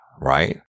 Right